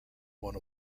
one